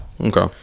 Okay